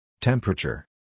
Temperature